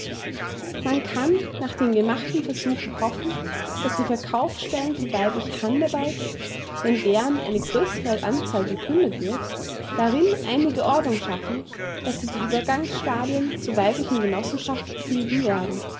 man kann nach den gemachten versuchen hoffen daß die verkaufsstellen für weibliche handarbeit wenn deren eine größere anzahl begründet wird darin einige ordnung schaffen daß sie die uebergangsstadien zu weiblichen genossenschaften bilden werden